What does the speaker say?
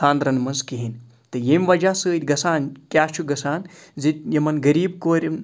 خانٛدرَن منٛز کِہیٖنۍ تہٕ ییٚمہِ وَجہ سۭتۍ گَژھان کیٛاہ چھُ گَژھان زِ یِمَن غریٖب کورِ